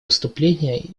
выступление